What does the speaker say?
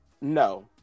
no